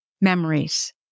Memories